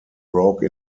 broke